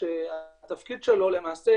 שהתפקיד שלו למעשה